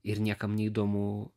ir niekam neįdomu